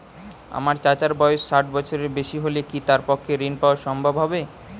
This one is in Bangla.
আমার চাচার বয়স ষাট বছরের বেশি হলে কি তার পক্ষে ঋণ পাওয়া সম্ভব হবে?